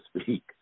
speak